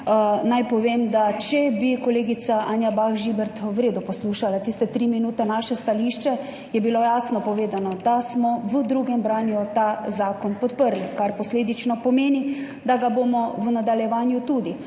Naj povem, da če bi kolegica Anja Bah Žibert naše stališče v redu poslušala tiste tri minute, je bilo jasno povedano, da smo v drugem branju ta zakon podprli, kar posledično pomeni, da ga bomo v nadaljevanju tudi.